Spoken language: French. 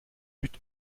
but